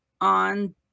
On